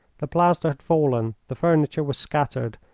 the plaster had fallen, the furniture was scattered,